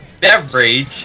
beverage